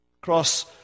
cross